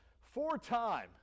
four-time